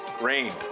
rained